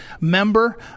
member